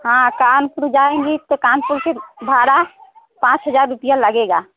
हाँ कानपुर जाएँगी तो कानपुर से भाड़ा पाँच हज़ार रुपये लगेगा